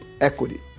equity